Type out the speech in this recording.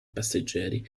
passeggeri